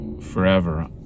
forever